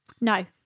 no